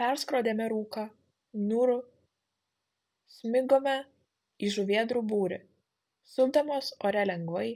perskrodėme rūką niūrų smigome į žuvėdrų būrį supdamos ore lengvai